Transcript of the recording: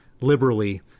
liberally